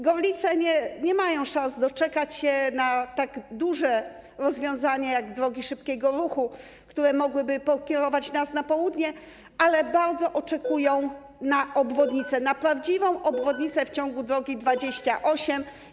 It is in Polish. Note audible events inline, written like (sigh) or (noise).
Gorlice nie mają szans doczekać się tak dużego rozwiązania jak drogi szybkiego ruchu, które mogłyby pokierować nas na południe, ale bardzo oczekują na obwodnicę, na prawdziwą (noise) obwodnicę w ciągu drogi nr 28.